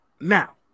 now